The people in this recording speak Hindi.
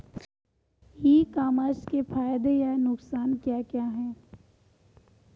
ई कॉमर्स के फायदे या नुकसान क्या क्या हैं?